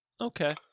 Okay